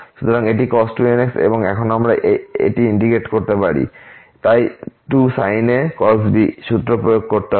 সুতরাং এটি cos 2nx এবং এখন আমরা এটি ইন্টিগ্রেট করতে পারি তাই 2sin a cos b সূত্র প্রয়োগ করা হবে